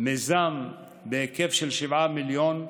מיזם בהיקף של 7 מיליון,